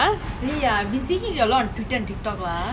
you என்ன:enna boyfriend ஏதாட்சம் இருக்கா காதல்:ethatcham irukka kaathal